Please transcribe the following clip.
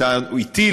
אתי,